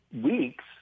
weeks